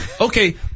Okay